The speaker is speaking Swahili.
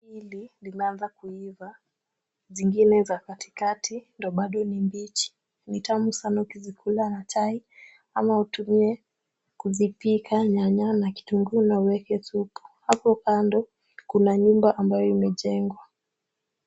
Hili limeanza kuiva zingine za katikati ndio bado ni mbichi, ni tamu sana ukizikula na chai ama utumie kuzipika nyanya na kitunguu na uweke supu. Hapo kando kuna nyumba ambayo imejengwa.